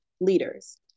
leaders